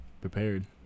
prepared